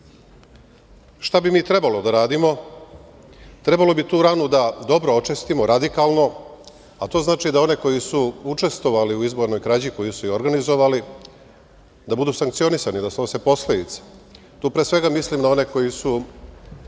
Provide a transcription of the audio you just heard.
bi mi trebalo da radimo? Trebalo bi tu ranu da dobro očistimo, radikalno, a to znači da one koji su učestvovali u izbornoj krađi, koji su je organizovali, da budu sankcionisani, da snose posledice. Tu pre svega mislim na one koji su